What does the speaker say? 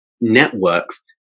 networks